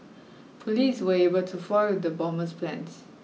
police were able to foil the bomber's plans